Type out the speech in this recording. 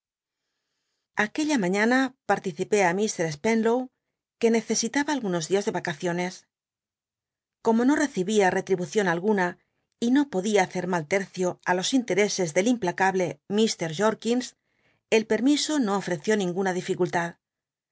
aquella mañana participé á f spenlow que necesitaba algunos dias de vacaciones como no recibía relrihucion alguna y no podia hacer mal tercio ü los intereses del implacable k jol'ldns el petmiso no ofreció ninguna dificultad